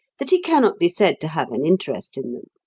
that he cannot be said to have an interest in them.